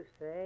say